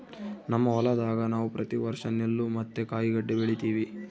ನಮ್ಮ ಹೊಲದಾಗ ನಾವು ಪ್ರತಿ ವರ್ಷ ನೆಲ್ಲು ಮತ್ತೆ ಕಾಯಿಗಡ್ಡೆ ಬೆಳಿತಿವಿ